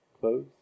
close